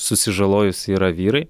susižalojus yra vyrai